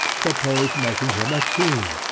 proposed making him a king,